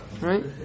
right